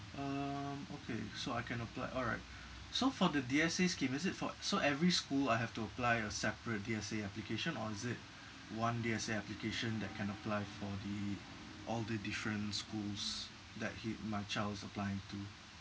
um okay so I can apply all right so for the D_S_A scheme is it for so every school I have to apply a separate D_S_A application or is it one D_S_A application that can apply for the all the different schools that he my child's applying to